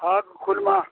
ହଁ ଖୁଲ୍ମା